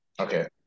Okay